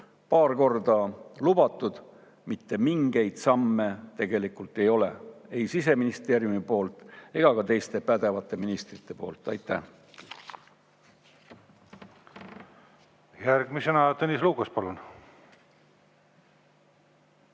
paar korda lubatud –, aga mitte mingeid samme tegelikult ei Siseministeeriumi poolt ega ka teiste pädevate ministrite poolt ei ole. Aitäh! Järgmisena Tõnis Lukas, palun!